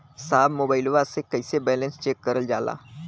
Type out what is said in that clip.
साहब मोबइलवा से कईसे बैलेंस चेक करल जाला?